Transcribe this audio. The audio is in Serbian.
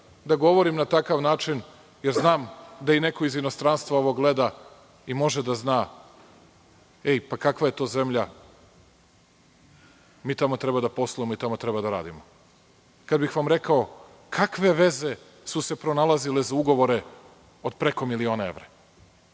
da govorim na takav način, jer znam da i neko iz inostranstva ovo gleda i može da zna - ej, pa kakva je to zemlja, mi tamo treba da poslujemo i tamo treba da radimo. Kada bih vam rekao kakve veze su se pronalazile za ugovore od preko milion evra.